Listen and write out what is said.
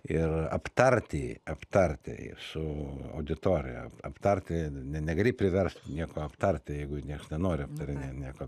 ir aptarti aptarti jį su auditorija aptarti ne negali priverst nieko aptarti jeigu nieks nenori aptarinėt nieko